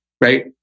Right